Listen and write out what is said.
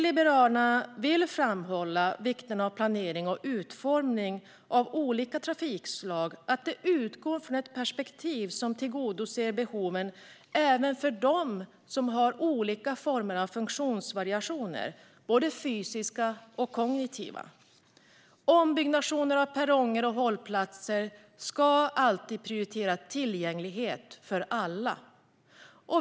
Liberalerna vill framhålla vikten av att planering och utformning av olika trafikslag utgår från ett perspektiv som tillgodoser behoven även för dem som har funktionsvariationer, både fysiska och kognitiva. Vid ombyggnationer av perronger och hållplatser ska man alltid prioritera tillgänglighet för alla.